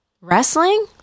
wrestling